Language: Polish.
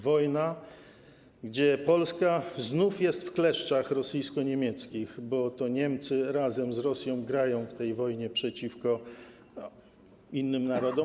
Wojna, gdzie Polska znów jest w kleszczach rosyjsko-niemieckich, bo to Niemcy razem z Rosją grają w tej wojnie przeciwko innym narodom.